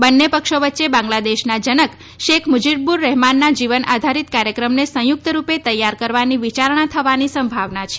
બંને પક્ષો વચ્ચે બાંગ્લાદેશના જનક શેખ મુજીર્બ્રર રહેમાનનાં જીવન આધારિત કાર્યક્રમને સંયુક્ત રૂપે તૈયાર કરવાની વિચારણ થવાની સંભાવના છે